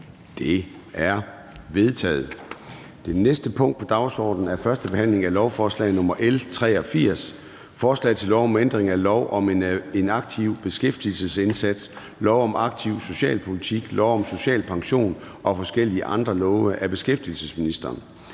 Det er vedtaget. --- Det næste punkt på dagsordenen er: 14) 1. behandling af lovforslag nr. L 83: Forslag til lov om ændring af lov om en aktiv beskæftigelsesindsats, lov om aktiv socialpolitik, lov om social pension og forskellige andre love. (Mulighed for